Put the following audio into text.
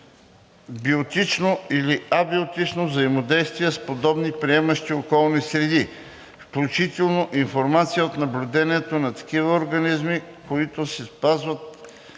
биотично и абиотично взаимодействие с подобни приемащи околни среди, включително информация от наблюдението на такива организми, като се спазват